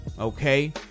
Okay